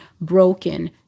broken